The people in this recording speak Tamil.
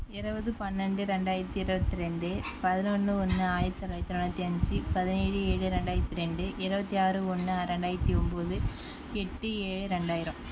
இருவது பன்னெண்டு ரெண்டாயித்து இருபத்தி ரெண்டு பதினொன்று ஒன்று ஆயிரத்து தொள்ளாயித்து தொண்ணூற்றி அஞ்சு பதினேழு ஏழு ரெண்டாயித்து ரெண்டு இருவத்தி ஆறு ஒன்று அ ரெண்டாயித்து ஒம்பது எட்டு ஏழு ரெண்டாயிரம்